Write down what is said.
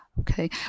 Okay